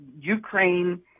Ukraine